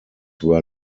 were